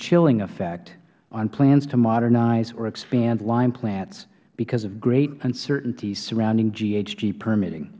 chilling effect on plants to modernize or expand lime plants because of great uncertainty surrounding ghg permitting